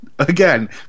Again